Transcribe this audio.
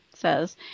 Says